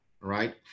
right